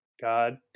God